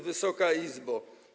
Wysoka Izbo!